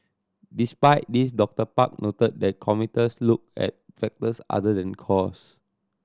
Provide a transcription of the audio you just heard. despite this Doctor Park noted that commuters look at factors other than cost